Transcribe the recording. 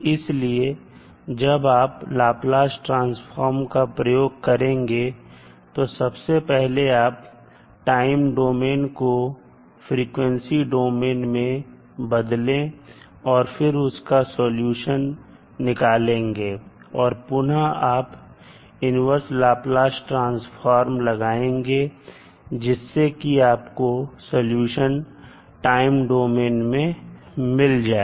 इसलिए जब आप लाप्लास ट्रांसफॉर्म का प्रयोग करेंगे तो सबसे पहले आप टाइम डोमेन को फ्रीक्वेंसी डोमेन में बदलें और फिर उसका सलूशन निकालेंगे और पुनः आप इन्वर्स लाप्लास ट्रांसफॉर्म लगाएंगे जिससे कि आपको सॉल्यूशन टाइम डोमेन में मिल जाए